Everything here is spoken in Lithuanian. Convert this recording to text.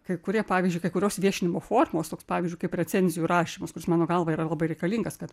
kai kurie pavyzdžiui kai kurios viešinimo formos toks pavyzdžiui kaip recenzijų rašymas kuris mano galva yra labai reikalingas kad